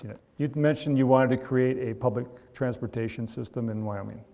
it you'd mentioned you wanted to create a public transportation system in wyoming,